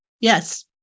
yes